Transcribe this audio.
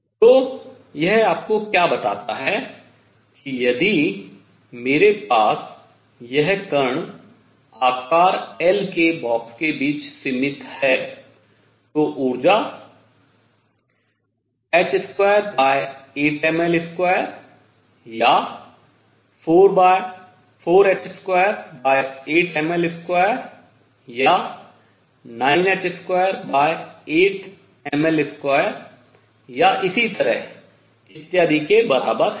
तो यह आपको क्या बताता है कि यदि मेरे पास यह कण आकार L के बॉक्स के बीच सीमित में है तो ऊर्जा h28mL2 या 4h28mL2 या 9h28mL2 या इसी तरह इत्यादि के बराबर है